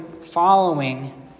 following